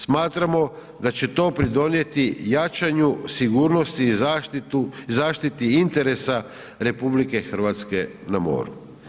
Smatramo da će to pridonijeti jačanju sigurnosti i zaštiti interesa RH na moru.